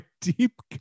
deep